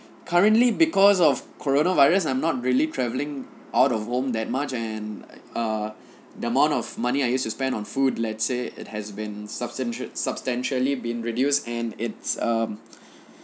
currently because of coronavirus I'm not really travelling out of home that much and err the amount of money I used to spend on food let's say it has been substantiate substantially been reduced and it's um